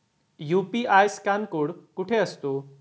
UPI scan code कुठे असतो?